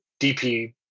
DP